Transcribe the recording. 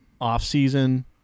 off-season